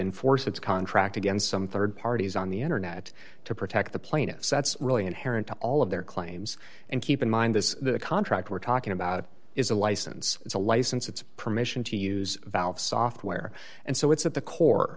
enforce its contract against some rd parties on the internet to protect the plaintiffs that's really inherent to all of their claims and keep in mind this contract we're talking about is a license it's a license it's a permission to use valve software and so it's at the core